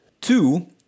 two